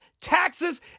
taxes